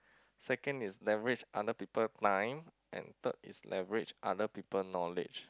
second is leverage other people time and third is leverage other people knowledge